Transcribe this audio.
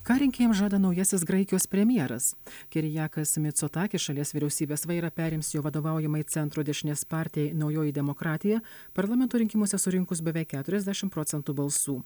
ką rinkėjams žada naujasis graikijos premjeras kirjakas micotakis šalies vyriausybės vairą perims jo vadovaujamai centro dešinės partijai naujoji demokratija parlamento rinkimuose surinkus beveik keturiasdešim procentų balsų